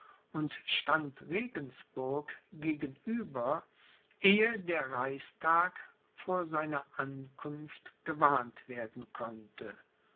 und stand regensburg gegenüber ehe der reichstag vor seiner ankunft gewarnt werden konnte